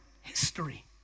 History